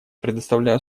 предоставляю